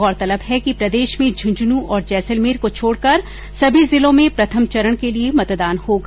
गौरतलब है कि प्रदेश में झंझनू और जैसलमेर को छोड़कर सभी जिलों में प्रथम चरण के लिए मतदान होगा